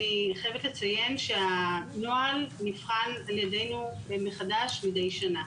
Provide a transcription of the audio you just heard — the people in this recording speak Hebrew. אני חייבת לציין שהנוהל נבחן על ידינו מחדש מידי שנה.